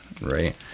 right